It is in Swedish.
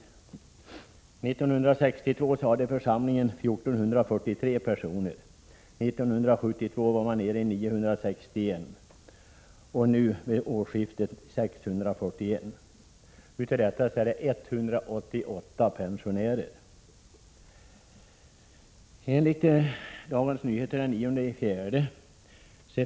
1962 hade församlingen 1 443 invånare. 1972 var man nere i 961, och vid senaste årsskiftet var det 641. Av dessa är 188 pensionärer. arbetsför ålder.